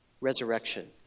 resurrection